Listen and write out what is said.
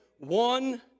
One